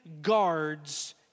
guards